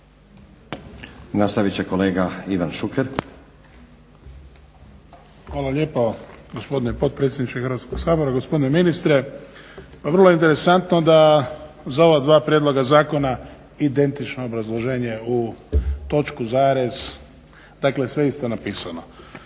Nastavit će kolega Ivan Šuker. **Šuker, Ivan (HDZ)** Hvala lijepo gospodine potpredsjedniče Hrvatskog sabora, gospodine ministre. Pa vrlo je interesantno da za ova dva prijedloga zakona identično obrazloženje je u točku, zarez, dakle sve je isto napisano.